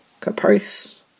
Caprice